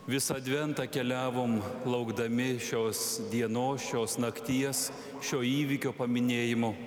visą adventą keliavom laukdami šios dienos šios nakties šio įvykio paminėjimo